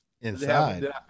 Inside